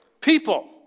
People